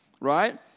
right